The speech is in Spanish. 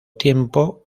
tiempo